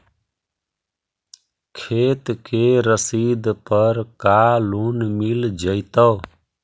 खेत के रसिद पर का लोन मिल जइतै?